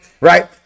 right